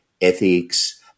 ethics